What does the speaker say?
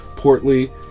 portly